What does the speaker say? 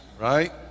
right